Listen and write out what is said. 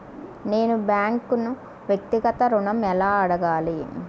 నేను బ్యాంక్ను వ్యక్తిగత ఋణం ఎలా అడగాలి?